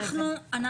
רגע.